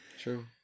True